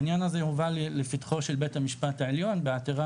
העניין הזה הובא לפתחו של בית המשפט העליון בעתירה